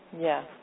Yes